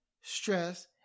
stress